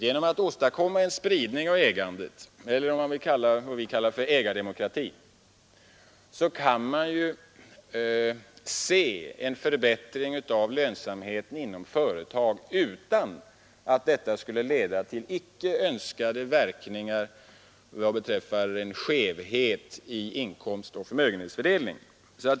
Genom att åstadkomma en spridning av ägandet — man kan kalla det ägardemokrati — kan man se en förbättring av lönsamheten inom företag utan att detta skulle leda till icke önskade verkningar vad beträffar skevhet i inkomstoch förmögenhetsfördelning.